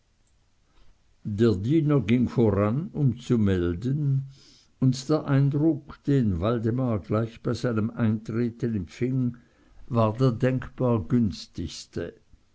der diener ging voran um zu melden und der ein druck den waldemar gleich bei seinem eintreten empfing war der denkbar günstigste